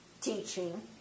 teaching